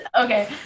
okay